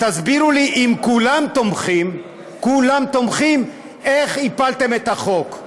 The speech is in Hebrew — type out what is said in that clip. תסבירו לי, אם כולם תומכים, איך הפלתם את החוק?